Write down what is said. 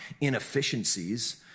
inefficiencies